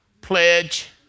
pledge